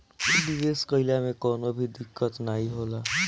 निवेश कइला मे कवनो भी दिक्कत नाइ होला